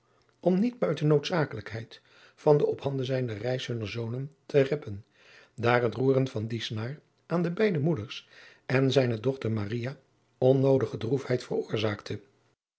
om niet buiten noodzakelijkheid van de op handen zijnde reis hunner zonen te reppen daar het roeren van die snaar aan de beide moeders en zijne dochter maria onnoodige droef heid veroorzaakte